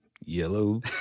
yellow